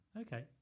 Okay